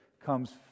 comes